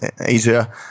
Asia